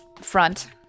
front